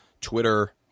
Twitter